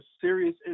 serious